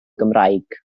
gymraeg